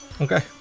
Okay